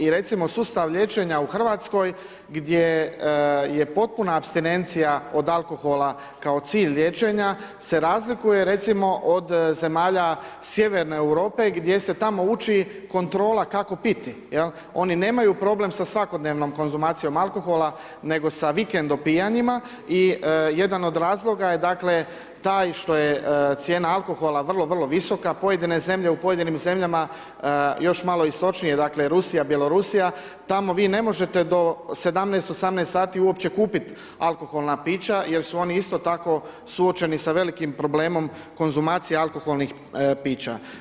I recimo sustav liječenja u Hrvatskoj gdje je potpuna apstinencija od alkohola kao cilj liječenja se razlikuje recimo od zemalja sjeverne Europe gdje se tamo uči kontrola kako piti, jel', oni nemaju problem sa svakodnevnom konzumacijom alkohola nego sa vikend opijanjima i jedan od razloga je taj što je cijena alkohola vrlo, vrlo visoka, u pojedinim zemljama još malo istočnije Rusija, Bjelorusija, tamo vi ne možete do 17, 18 sati uopće kupiti alkohola pića jer su oni isto tako suočeni sa velikim problemom konzumacije alkoholnih pića.